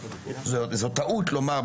זאת טעות לומר,